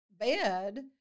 bed